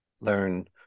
learn